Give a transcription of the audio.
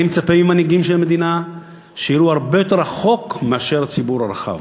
אני מצפה ממנהיגים של מדינה שיראו הרבה יותר רחוק מאשר הציבור הרחב.